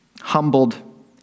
humbled